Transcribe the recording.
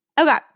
Okay